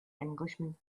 englishman